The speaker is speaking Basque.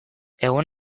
egun